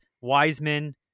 Wiseman